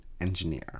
engineer